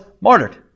martyred